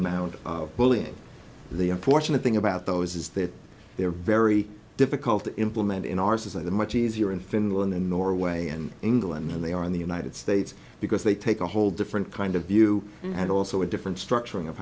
amount of bullying the unfortunate thing about those is that they're very difficult to implement in our society much easier in finland and norway and england than they are in the united states because they take a whole different kind of view and also a different structuring of